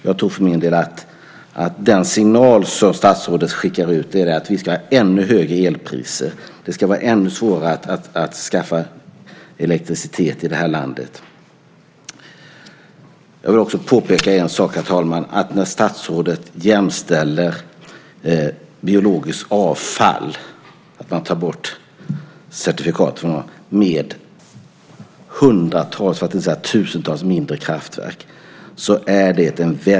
Jag tror för min del att den signal som statsrådet skickar ut är att det ska vara ännu högre elpriser och att det ska vara ännu svårare att få fram elektricitet i landet. Herr talman! Jag vill också påpeka att det är en konstig jämförelse när statsrådet jämställer att ta bort elcertifikat för biologiskt avfall med hundratals, för att inte säga tusentals, mindre kraftverk.